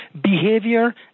behavior